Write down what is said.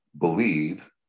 believe